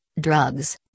drugs